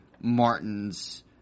Martin's